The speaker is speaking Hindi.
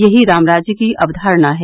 यही रामराज्य की अवधारणा है